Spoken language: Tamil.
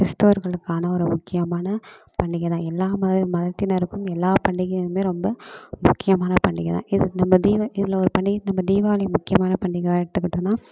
கிறிஸ்தவர்களுக்கான ஒரு முக்கியமான பண்டிகை தான் எல்லாம் மத மதத்தினருக்கும் எல்லாம் பண்டிகையும் ரொம்ப முக்கியமான பண்டிகை தான் இது நம்ம தீப இதில் ஒரு பண்டிகை நம்ம தீபாபளி முக்கியமான பண்டிகையாக எடுத்துக்கிட்டோம்னா